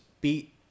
beat